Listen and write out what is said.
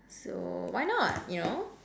so why not you know